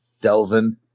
Delvin